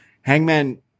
Hangman